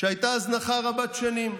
שהייתה הזנחה רבת שנים.